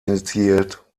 initiiert